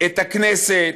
את הכנסת,